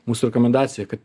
mūsų rekomendacija kad